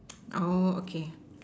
oh okay